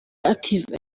active